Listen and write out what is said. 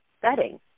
setting